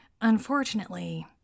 Unfortunately